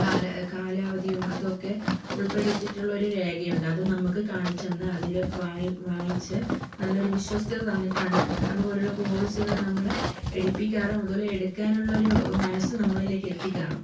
കാലാ കാലാവധിയും അതൊക്കെ ഉൾപ്പെടുത്തിയിട്ടുള്ള ഒരു രേഖയുണ്ട് അതും നമുക്ക് കാണിച്ചന്ന് അതില് വാ വായിച്ച് നല്ലൊരു വിശ്വസ്തത തന്നിട്ടാണ് അതുപോലുള്ള പോളിസികള് നമ്മളെ എടുപ്പിക്കാറും അതുപോലെ എടുക്കാനുള്ള ഒരു മനസ്സ് നമ്മളിലേക്കെത്തിക്കാറും